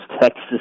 Texas